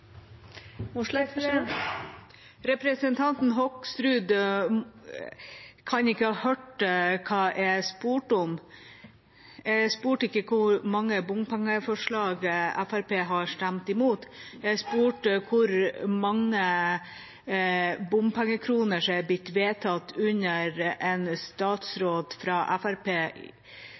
Representanten Hoksrud kan ikke ha hørt hva jeg spurte om. Jeg spurte ikke om hvor mange bompengeforslag Fremskrittspartiet har stemt imot, jeg spurte om hvor mange bompengekroner som er blitt vedtatt under en statsråd